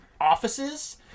offices